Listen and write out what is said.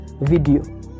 video